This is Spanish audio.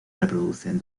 reproducen